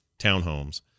townhomes